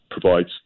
provides